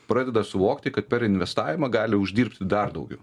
pradeda suvokti kad per investavimą gali uždirbti dar daugiau